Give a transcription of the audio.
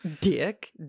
Dick